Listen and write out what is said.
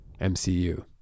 MCU